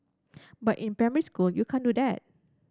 but in primary school you can't do that